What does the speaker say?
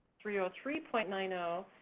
three ah three point nine zero,